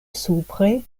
supre